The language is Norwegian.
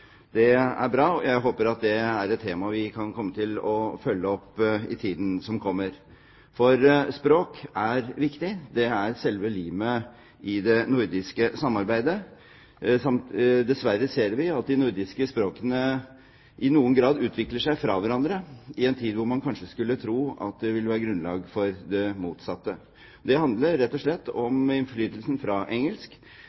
Det er bra. Jeg håper at det er et tema vi vil følge opp i tiden som kommer, for språk er viktig. Det er selve limet i det nordiske samarbeidet. Dessverre ser vi at de nordiske språkene i noen grad utvikler seg fra hverandre i en tid hvor man kanskje skulle tro at det ville være grunnlag for det motsatte. Det handler rett og slett